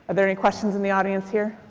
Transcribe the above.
there any questions in the audience here?